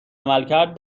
عملکرد